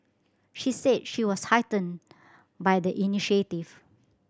she said she was heartened by the initiative